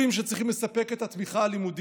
עניין שני הוא לגבי ההשקעה של המדינה.